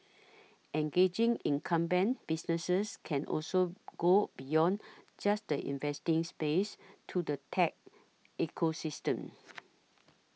engaging incumbent businesses can also go beyond just the investing space to the tech ecosystem